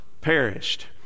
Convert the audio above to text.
perished